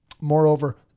Moreover